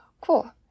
Cool